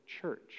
church